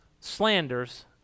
slanders